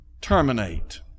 terminate